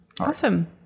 awesome